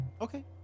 Okay